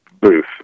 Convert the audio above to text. booth